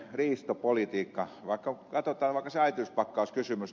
katsotaan vaikka se äitiyspakkauskysymys